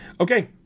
Okay